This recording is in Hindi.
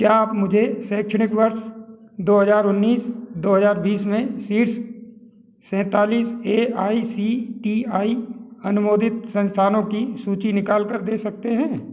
क्या आप मुझे शैक्षणिक वर्ष दो हज़ार उन्नीस दो हज़ार बीस में शीर्ष सैतालीस A I C T E अनुमोदित संस्थानों की सूची निकाल कर दे सकते हैं